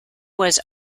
was